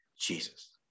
Jesus